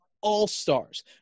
all-stars